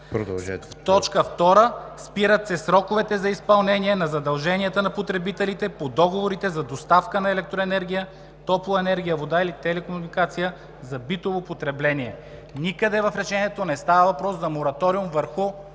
„2. Спират се сроковете за изпълнение на задълженията на потребителите по договорите за доставка на електроенергия, топлоенергия, вода или телекомуникационни услуги за битово потребление.“ Никъде в Решението не става въпрос за мораториум върху